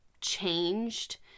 changed